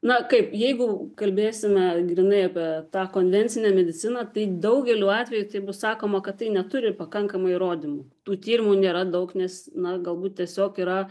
na kaip jeigu kalbėsime grynai apie tą konvencinę mediciną tai daugeliu atvejų tai bus sakoma kad tai neturi pakankamai įrodymų tų tyrimų nėra daug nes na galbūt tiesiog yra